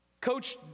Coach